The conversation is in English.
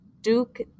Duke